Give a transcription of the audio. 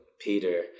Peter